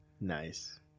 Nice